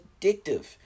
addictive